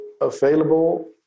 available